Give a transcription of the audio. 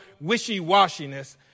wishy-washiness